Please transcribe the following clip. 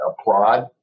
applaud